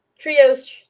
Trio's